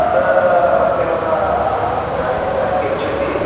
sir ते मला गाडी गाडी घ्यायची होती